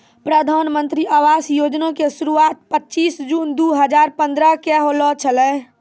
प्रधानमन्त्री आवास योजना के शुरुआत पचीश जून दु हजार पंद्रह के होलो छलै